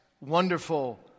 wonderful